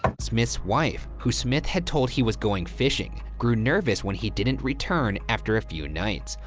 smith's wife, who smith had told he was going fishing grew nervous when he didn't return after a few nights.